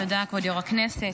תודה, כבוד יו"ר הכנסת.